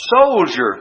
soldier